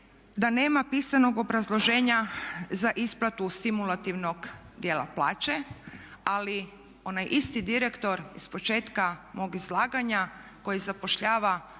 da nema pisanog obrazloženja za isplatu stimulativnog dijela plaće, ali onaj isti direktor ispočetka mog izlaganja koji zapošljava